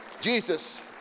Jesus